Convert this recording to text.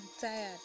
tired